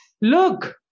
Look